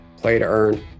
play-to-earn